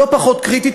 לא פחות קריטית,